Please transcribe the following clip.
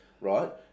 Right